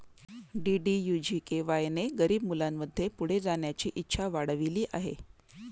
DDU GKY ने गरीब मुलांमध्ये पुढे जाण्याची इच्छा वाढविली आहे